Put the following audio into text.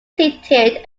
seated